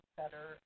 better